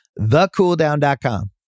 thecooldown.com